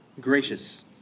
gracious